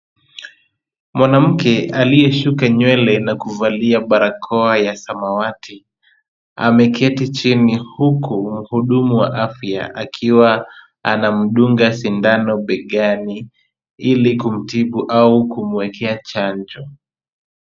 Mwanamke aliyesuka nywele na kuvalia barakoa ya samawati, ameketi chini huku mhudumu wa afya akiwa anamdunga sindano begani, ili kumtibu au kumwekea chanjo.